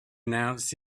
announce